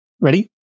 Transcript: Ready